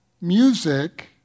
music